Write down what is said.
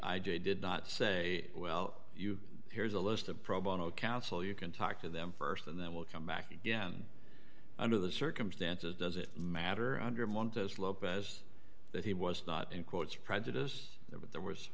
a did not say well you here's a list of pro bono counsel you can talk to them st and then we'll come back again under the circumstances does it matter under montez lopez that he was not in quotes prejudice there